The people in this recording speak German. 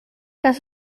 das